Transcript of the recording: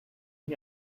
and